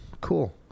Cool